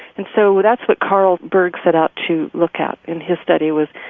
and, so, that's what karl berg set out to look at in his study was,